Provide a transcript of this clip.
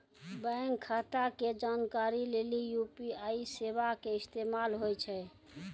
bank खाता के जानकारी लेली यू.पी.आई सेबा के इस्तेमाल होय छै